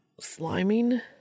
sliming